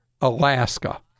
Alaska